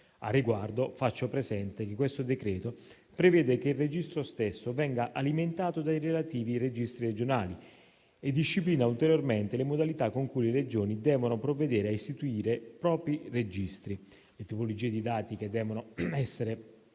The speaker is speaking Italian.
Al riguardo, faccio presente che questo decreto prevede che il registro stesso venga alimentato dai relativi registri regionali e disciplina ulteriormente le modalità con cui le Regioni devono provvedere a istituire i propri registri, le tipologie di dati che devono essere ivi